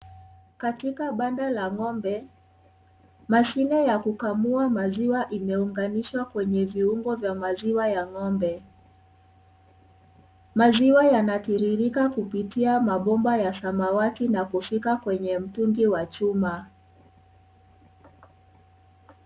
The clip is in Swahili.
Katika banda la ng'ombe mashine ya kukamua maziwa imeunganishwa kwenye viungo vya maziwa ya ng'ombe. Maziwa yanatiririka kupitia mabomba ya samawati na kufika kwenye mtungi wa chuma.